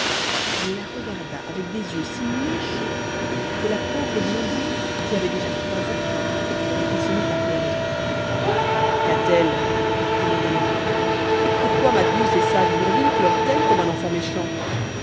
elle la regarda avec des yeux si méchants que la pauvre blondine qui avait déjà trois ans eut peur et se mit à pleurer qu'a-t-elle demanda le roi pourquoi ma douce et sage blondine pleure-t-elle comme un enfant méchant